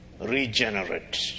regenerate